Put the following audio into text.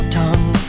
tongue